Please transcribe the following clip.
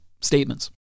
statements